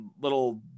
little